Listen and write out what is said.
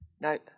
No